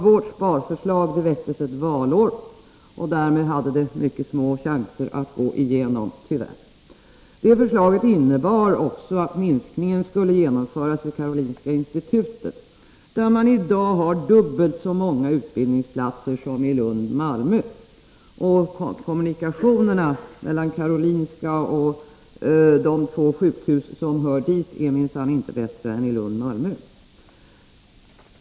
Vårt sparförslag väcktes under ett valår, och därmed hade det tyvärr mycket små chanser att gå igenom. Det förslaget innebar att minskningen skulle genomföras vid Karolinska institutet, där man i dag har dubbelt så många utbildningsplatser som i Lund-Malmö. Kommunikationerna mellan Karolinska och de två sjukhus som hör dit är minsann inte bättre än i Lund-Malmö.